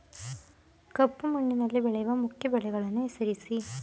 ಕಪ್ಪು ಮಣ್ಣಿನಲ್ಲಿ ಬೆಳೆಯುವ ಮುಖ್ಯ ಬೆಳೆಗಳನ್ನು ಹೆಸರಿಸಿ